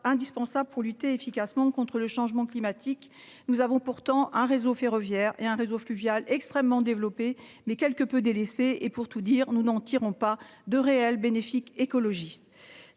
indispensable pour lutter efficacement contre le changement climatique. Nous avons pourtant un réseau ferroviaire et un réseau fluvial extrêmement. Mais quelque peu délaissés et pour tout dire, nous n'en tirons pas de réelle bénéfique écologistes